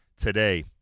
today